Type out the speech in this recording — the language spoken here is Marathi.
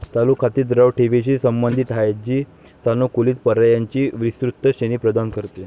चालू खाती द्रव ठेवींशी संबंधित आहेत, जी सानुकूलित पर्यायांची विस्तृत श्रेणी प्रदान करते